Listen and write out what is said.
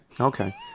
Okay